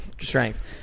strength